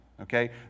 okay